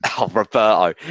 Roberto